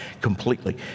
completely